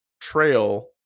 trail